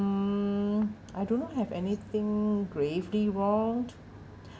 I do not have anything gravely wronged